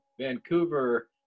Vancouver